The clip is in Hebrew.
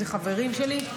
אלה חברים שלי,